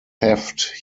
theft